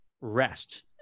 rest